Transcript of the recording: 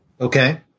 okay